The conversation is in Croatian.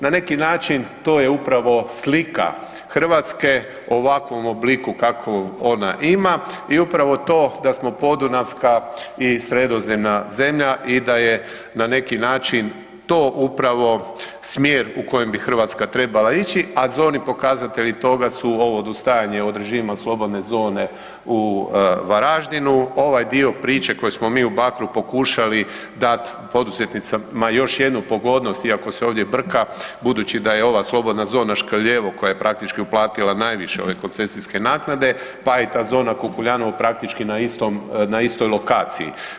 Na neki način to je upravo slika Hrvatske, ovakvom obliku kakav ona ima i upravo to da smo podunavska i sredozemna zemlja i da je na neki način to upravo smjer u kojem bi Hrvatska trebala ići, a zorni pokazatelji toga su ovo odustajanje od režima Slobodne zone u Varaždinu, ovaj dio priče koji smo mi u Bakru pokušali dati poduzetnicama još jednu pogodnost iako se ovdje brka, budući da je ova Slobodna zona Škrljevo koje je praktički uplatila najviše ove koncesijske naknade, pa i ta zona Kukuljanovo praktički na istoj lokaciji.